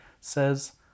says